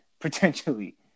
potentially